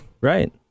Right